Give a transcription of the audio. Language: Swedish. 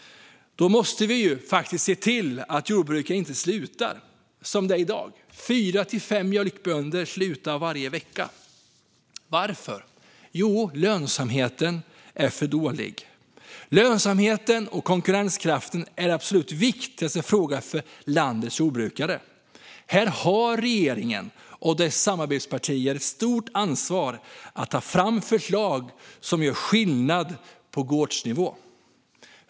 Då måste vi se till att jordbrukare inte slutar, som det är i dag. Mellan fyra och fem mjölkbönder slutar varje vecka. Varför? Jo, lönsamheten är för dålig. Lönsamheten och konkurrenskraften är de absolut viktigaste frågorna för landets jordbrukare. Här har regeringen och dess samarbetspartier ett stort ansvar för att ta fram förslag som gör skillnad på gårdsnivå.